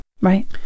Right